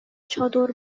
چادر